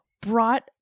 brought